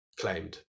claimed